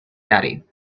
daddy